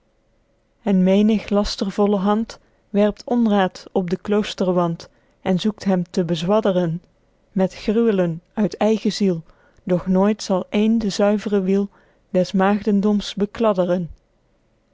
en menig lastervolle hand werpt onraed op den kloosterwand en zoekt hem te bezwadderen met gruwelen uit eigen ziel doch nooit zal één de zuivre wiel des maegdendoms bekladderen